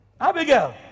Abigail